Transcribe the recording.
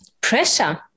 pressure